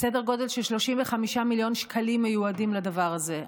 בסדר גודל של 35 מיליון שקלים, שמיועדים לדבר הזה.